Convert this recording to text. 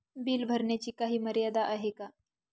Bill भरण्याची काही मर्यादा आहे का?